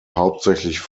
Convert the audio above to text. hauptsächlich